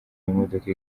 imodoka